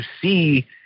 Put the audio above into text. see